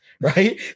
Right